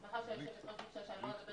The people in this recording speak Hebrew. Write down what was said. ביקשה שאני לא אדבר